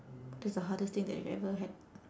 that's the hardest thing that you've ever had